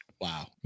Wow